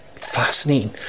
Fascinating